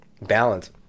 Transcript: balance –